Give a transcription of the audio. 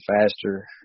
faster